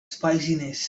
spiciness